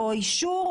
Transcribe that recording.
היועצת המשפטית.